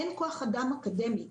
אין כוח אדם אקדמי,